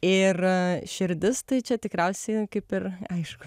ir širdis tai čia tikriausiai kaip ir aišku